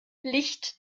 licht